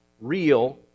real